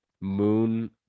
moon